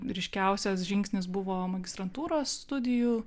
ryškiausias žingsnis buvo magistrantūros studijų